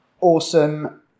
awesome